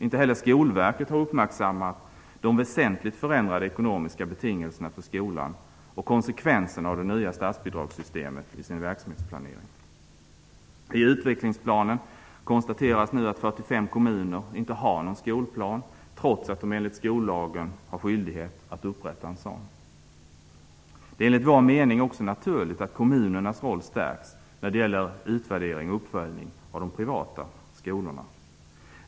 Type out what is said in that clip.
Inte heller Skolverket har uppmärksammat de väsentligt förändrade ekonomiska betingelserna för skolan och konsekvenserna av det nya statsbidragssystemet i sin verksamhetsplanering. kommuner inte har någon skolplan trots att de enligt skollagen har skyldighet att upprätta en sådan. Det är enligt vår mening också naturligt att kommunernas roll stärks när det gäller utvärdering och uppföljning av de privata skolorna.